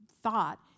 thought